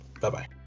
bye-bye